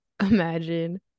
imagine